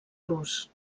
rus